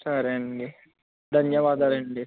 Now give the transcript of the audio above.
సరే అండి ధన్యవాదాలు అండి